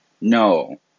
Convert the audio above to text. No